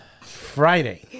Friday